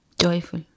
Joyful